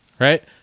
right